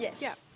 Yes